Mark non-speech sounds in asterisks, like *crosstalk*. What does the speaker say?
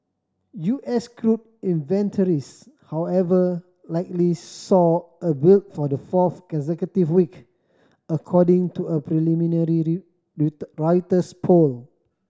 U S crude inventories however likely saw a build for the fourth consecutive week according to a preliminary *unintelligible* Reuters poll